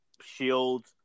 shield